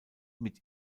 mit